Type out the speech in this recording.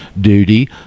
duty